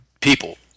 people